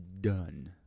done